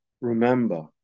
remember